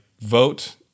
vote